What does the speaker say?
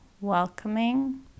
welcoming